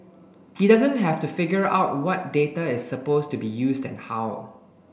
he doesn't have to figure out what data is supposed to be used and how